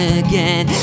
again